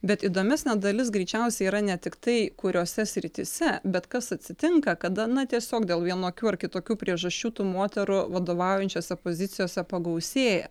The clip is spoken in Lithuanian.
bet įdomesnė dalis greičiausiai yra ne tiktai kuriose srityse bet kas atsitinka kada na tiesiog dėl vienokių ar kitokių priežasčių tų moterų vadovaujančiose pozicijose pagausėja